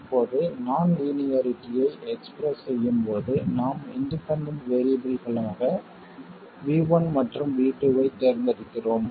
இப்போது நான் லீனியாரிட்டியை எக்ஸ்பிரஸ் செய்யும்போது நாம் இண்டிபெண்டண்ட் வேறியபிள்களாக V1 மற்றும் V2 ஐத் தேர்ந்தெடுக்கிறோம்